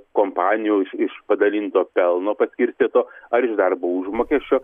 kompanijo iš iš padalinto pelno paskirstyto ar iš darbo užmokesčio